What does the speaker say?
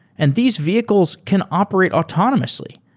and these vehicles can operate autonomously.